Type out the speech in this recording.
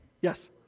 Yes